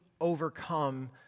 overcome